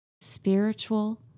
spiritual